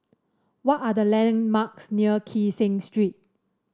what are the landmarks near Kee Seng Street